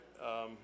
right